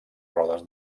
rodes